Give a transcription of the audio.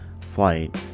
Flight